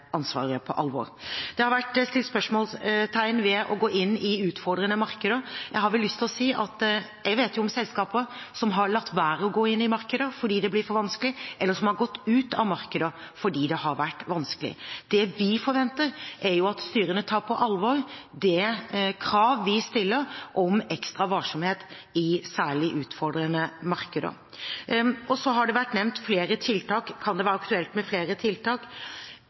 ansvaret på alvor. Det har vært satt spørsmålstegn ved det å gå inn i utfordrende markeder. Jeg har lyst til å si at jeg vet om selskaper som har latt være å gå inn i markeder fordi det blir for vanskelig, eller som har gått ut av markeder fordi det har vært vanskelig. Det vi forventer, er at styrene tar på alvor det krav vi stiller om ekstra varsomhet i særlig utfordrende markeder. Så har det vært nevnt om det kan være aktuelt med flere tiltak.